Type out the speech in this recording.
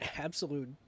absolute